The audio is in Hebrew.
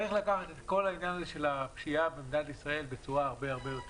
צריך לקחת את כל העניין הזה של הפשיעה במדינת ישראל בצורה הרבה יותר